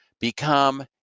become